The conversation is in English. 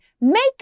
make